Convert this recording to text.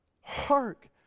hark